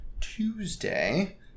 Tuesday